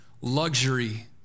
Luxury